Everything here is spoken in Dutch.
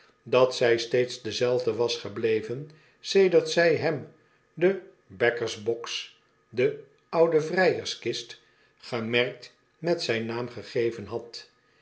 dat zij steeds dezelfde was gebleven sedert zij hem de baccers box de oude vrijers kist gemerkt met zijn naam gegeven had